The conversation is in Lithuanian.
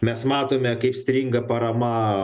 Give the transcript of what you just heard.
mes matome kaip stringa parama